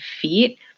feet